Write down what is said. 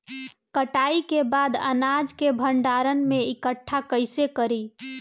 कटाई के बाद अनाज के भंडारण में इकठ्ठा कइसे करी?